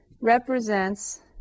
represents